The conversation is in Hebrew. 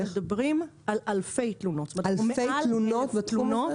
ם התייאשו.